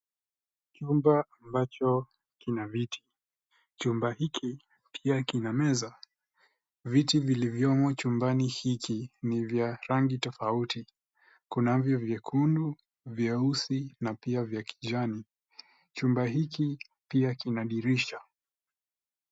Chumba ambacho kina viti. Chumba hiki pia kina meza. Viti vilivyomo chumbani hiki ni vya rangi tofauti. Kunavyo vyekundu, vyeusi na pia vya kijani. Chumba hiki pia kina dirisha.